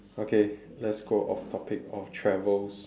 okay let's go of topic of travels